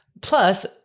plus